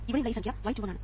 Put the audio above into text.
ഇവിടെയുള്ള ഈ സംഖ്യ y21 ആണ്